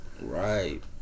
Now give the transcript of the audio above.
Right